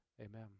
Amen